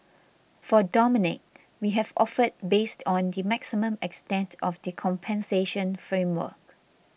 for Dominique we have offered based on the maximum extent of the compensation framework